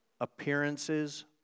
Appearances